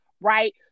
right